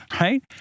right